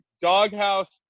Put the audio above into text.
doghouse